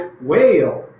whale